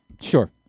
Sure